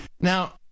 Now